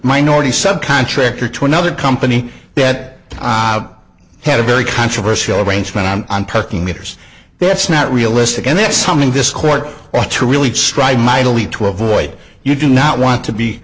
minority subcontractor to another company that had a very controversial arrangement on and putting meters that's not realistic and that's something this court ought to really strive mightily to avoid you do not want to be